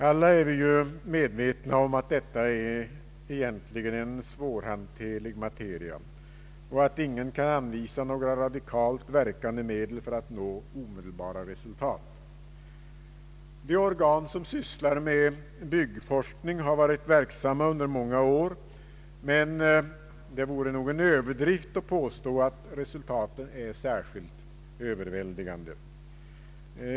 Alla är vi ju medvetna om att detta är en svårhanterlig materia och att ingen kan anvisa några radikalt verkande medel för att nå omedelbara resultat. De organ som sysslar med byggforskning har varit verksamma under många år, men det vore en överdrift att påstå att resultaten är överväldigande.